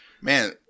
man